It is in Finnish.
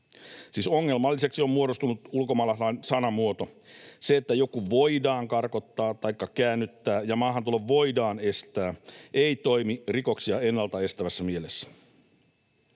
Siis ongelmalliseksi on muodostunut ulkomaalaislain sanamuoto. Se, että joku voidaan karkottaa taikka käännyttää ja maahantulo voidaan estää, ei toimi rikoksia ennalta estävässä mielessä.